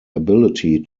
ability